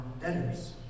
debtors